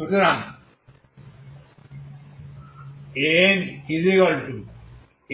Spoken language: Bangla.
সুতরাং আপনার